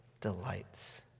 delights